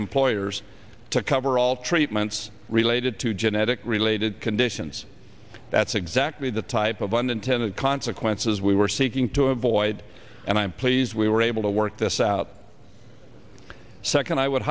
employers to cover all treatments related to genetic related conditions that's exactly the type of unintended consequences we were seeking to avoid and i'm pleased we were able to work this out second i would